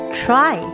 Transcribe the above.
try